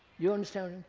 you understand?